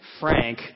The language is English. Frank